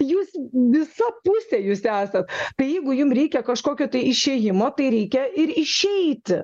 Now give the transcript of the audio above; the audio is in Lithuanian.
jūs visapusė jūs esat tai jeigu jum reikia kažkokio tai išėjimo tai reikia ir išeiti